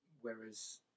whereas